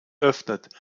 öffnet